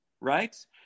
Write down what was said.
Right